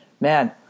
man